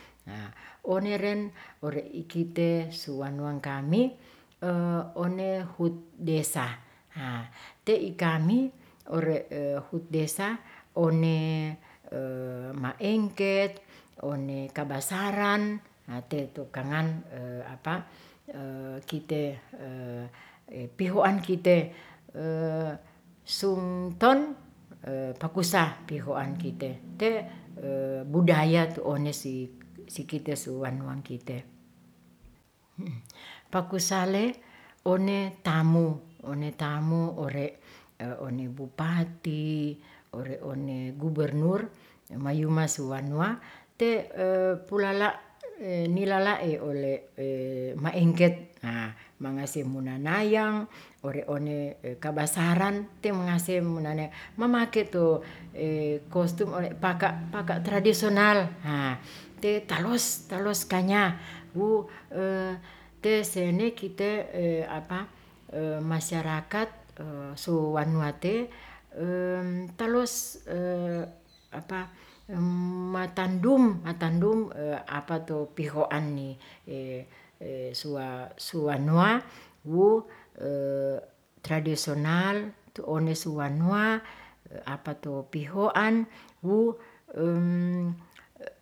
One ren ore' ikite su wanuang kami one hut desa, te'ikami ore' hut desa one maengket, one kabasaran, nate tukangan kite pihuan kite sungton. pahusa pikoan kite, te budaya tu onesi sikite tu wanuang kite pakusale one tamu ore' one bupati, ore' one gubernur mayuasu banua te pulala' nilala ole maengket, mangaase munanaya ore' one kabasaran, te mangase munanaya mamake tu kostum ole paka' paka' tradisional te talos talos kanya wu tesene kite' masyarakat suwanuate taluas matandum, matandum apatu pihoanni. suwanua wu tradisional tu onesu wanua apatu pihoan wu.